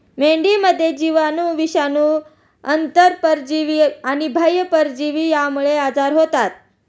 मेंढीमध्ये जीवाणू, विषाणू, आंतरपरजीवी आणि बाह्य परजीवी यांमुळे आजार होतात